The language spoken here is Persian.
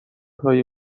های